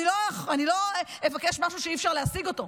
אני לא אבקש משהו שאי-אפשר להשיג אותו.